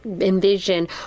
envision